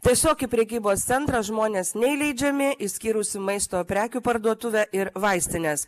tiesiog į prekybos centrą žmonės neįleidžiami išskyrus maisto prekių parduotuvę ir vaistines